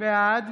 בעד